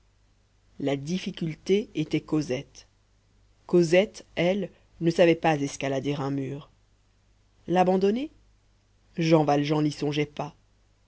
la difficulté était cosette cosette elle ne savait pas escalader un mur l'abandonner jean valjean n'y songeait pas